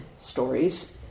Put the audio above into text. stories